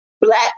Black